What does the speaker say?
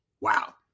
Wow